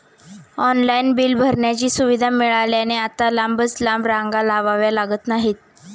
online bill भरण्याची सुविधा मिळाल्याने आता लांबच लांब रांगा लावाव्या लागत नाहीत